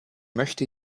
möchte